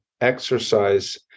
exercise